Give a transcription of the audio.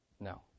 No